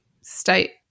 state